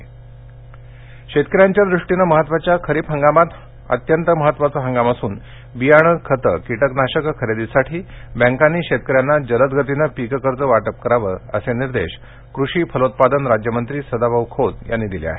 पीक कर्ज शेतकऱ्यांच्या दृष्टीनं महत्वाच्या खरीप हंगामात हा अत्यंत महत्त्वाचा हंगाम असून बियाणं खतं किटकनाशके खरेदीसाठी बँकांनी शेतकऱ्यांना जलदगतीनं पीक कर्ज वाटप करावं असे निर्देश कृषी फलोत्पादन राज्यमंत्री सदाभाऊ खोत यांनी दिले आहेत